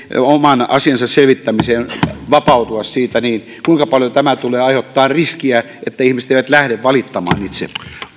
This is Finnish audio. oman asiansa selvittää vapautua niin kuinka paljon tämä tulee aiheuttamaan sitä riskiä että ihmiset eivät lähde valittamaan itse